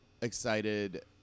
excited